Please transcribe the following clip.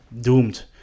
doomed